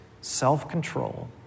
self-control